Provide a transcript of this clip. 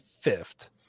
fifth